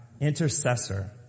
intercessor